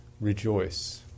rejoice